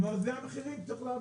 זה המחירים של זה.